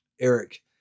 eric